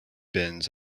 bins